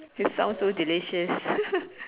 it sounds so delicious